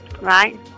Right